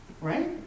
right